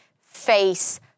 face